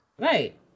Right